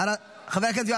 חבר הכנסת יואב